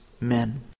men